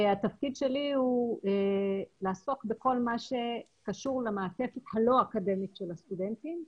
התפקיד שלי הוא לעסוק בכל מה שקשור למעטפת הלא אקדמית של הסטודנטים,